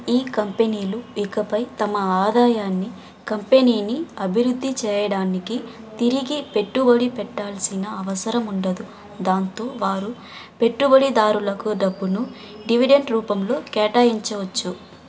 ఈ కంపెనీలు ఇకపై తమ ఆదాయాన్ని కంపెనీని అభివృద్ధి చేయడానికి తిరిగి పెట్టుబడి పెట్టాల్సిన అవసరం ఉండదు దాంతో వారు పెట్టుబడి దారులకు డబ్బును డివిడెంట్ రూపంలో కేటాయించవచ్చు